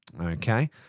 Okay